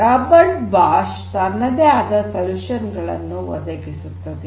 Robert Bosch ತನ್ನದೇ ಆದ ಪರಿಹಾರಗಳನ್ನು ಒದಗಿಸುತ್ತದೆ